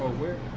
where